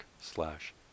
slash